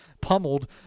pummeled